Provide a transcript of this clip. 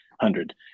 hundred